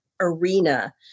arena